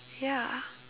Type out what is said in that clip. ya